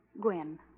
Gwen